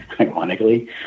ironically